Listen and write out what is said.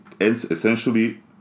essentially